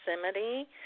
proximity